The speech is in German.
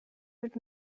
wird